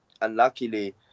unluckily